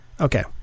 Okay